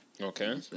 Okay